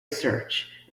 search